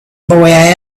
boy